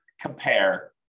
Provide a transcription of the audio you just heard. compare